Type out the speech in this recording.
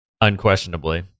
Unquestionably